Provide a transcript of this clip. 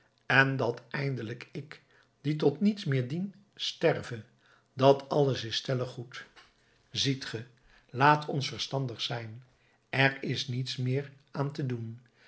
en dat eindelijk ik die tot niets meer dien sterve dat alles is stellig goed ziet ge laat ons verstandig zijn er is niets meer aan te doen